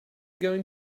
going